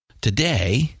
Today